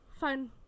fine